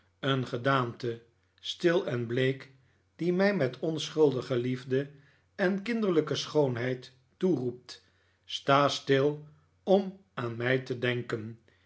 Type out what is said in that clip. een gedaante stil en bleek die mij met onschuldige liefde en kinderlijke schoonheid toeroept sta stil om aan mij te denken